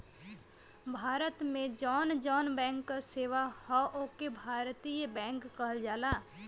भारत में जौन जौन बैंक क सेवा हौ ओके भारतीय बैंक कहल जाला